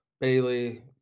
Bailey